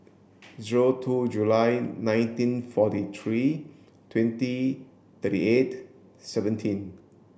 zero two July nineteen forty three twenty thirty eight seventeen